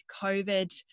COVID